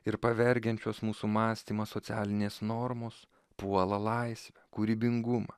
ir pavergiančios mūsų mąstymą socialinės normos puola laisvę kūrybingumą